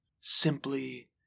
simply